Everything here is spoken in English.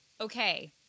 okay